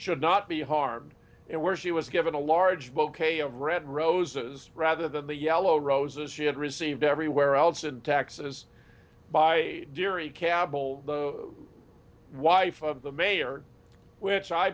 should not be harmed and where she was given a large book a of red roses rather than the yellow roses she had received everywhere else in taxes by dearie kabal the wife of the mayor which i